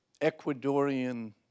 Ecuadorian